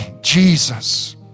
Jesus